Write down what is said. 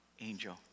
angel